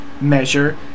measure